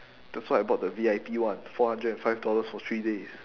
that's why I bought the V_I_P one four hundred and five dollars for three days